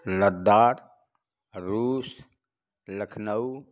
लद्दाख रुस लखनऊ